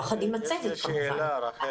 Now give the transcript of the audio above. יחד עם הצוות כמובן.